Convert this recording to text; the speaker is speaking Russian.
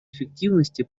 эффективности